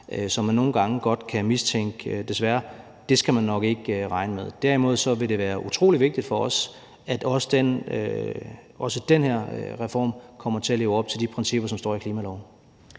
som man nogle gange godt kan have mistanke om, desværre – så skal man nok ikke regne med det. Derimod vil det være utrolig vigtigt for os, at også den her reform kommer til at leve op til de principper, som står i klimaloven.